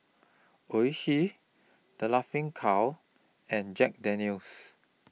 Oishi The Laughing Cow and Jack Daniel's